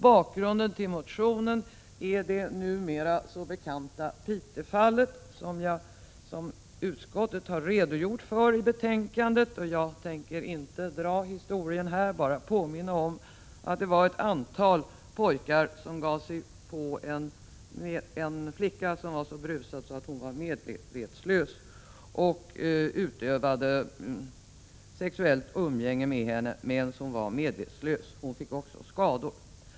Bakgrunden till motionen är det numera så bekanta Piteåfallet som utskottet har redogjort för i betänkandet. Jag skall inte här dra historien utan bara påminna om att det var ett antal pojkar som gav sig på en flicka, som var så berusad att hon var medvetslös, och utövade sexuellt umgänge med henne under tiden. Hon fick också skador.